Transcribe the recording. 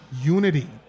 unity